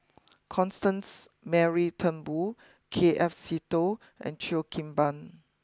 Constance Mary Turnbull K F Seetoh and Cheo Kim Ban